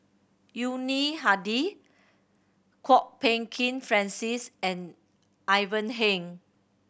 Yuni Hadi Kwok Peng Kin Francis and Ivan Heng